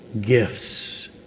gifts